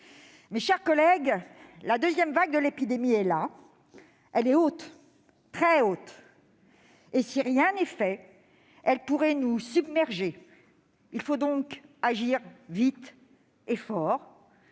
à leurs côtés. La deuxième vague de l'épidémie est là. Elle est haute, très haute, et si rien n'est fait, elle pourrait nous submerger. Il faut agir vite et fort,